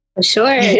Sure